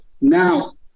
now